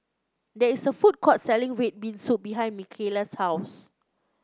there is a food court selling red bean soup behind Micaela's house